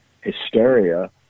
hysteria